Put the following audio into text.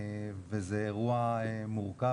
וזה אירוע מורכב,